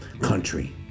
country